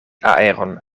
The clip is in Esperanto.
aeron